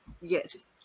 Yes